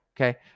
okay